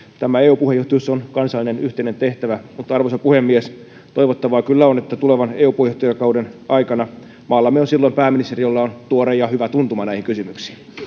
tämä eu puheenjohtajuus on kansallinen yhteinen tehtävä mutta arvoisa puhemies toivottavaa kyllä on että tulevan eu puheenjohtajakauden aikana maallamme on pääministeri jolla on tuore ja hyvä tuntuma näihin kysymyksiin